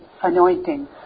anointing